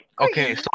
Okay